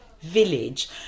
village